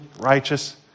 righteous